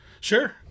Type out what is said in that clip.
sure